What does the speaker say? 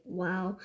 wow